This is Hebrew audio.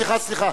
סליחה.